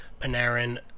Panarin